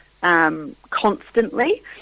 constantly